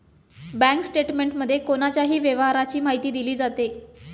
bank स्टेटमेंटमध्ये कोणाच्याही व्यवहाराची माहिती दिली जाते